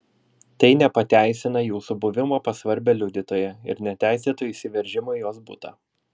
tai nepateisina jūsų buvimo pas svarbią liudytoją ir neteisėto įsiveržimo į jos butą